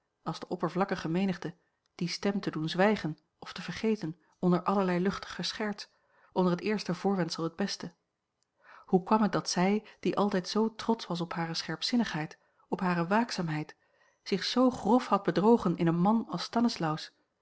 als de oppervlakkige menigte die stem te doen zwijgen of te vergeten onder allerlei luchtige scherts onder het eerste voorwendsel het beste hoe kwam het dat zij die altijd zoo trots was op hare scherpzinniga l g bosboom-toussaint langs een omweg heid op hare waakzaamheid zich zoo grof had bedrogen in een man als